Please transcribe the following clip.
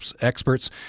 experts